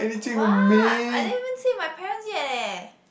what I don't even say my parents yet eh